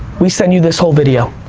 we send you this whole video.